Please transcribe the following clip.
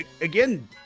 again